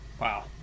Wow